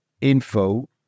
info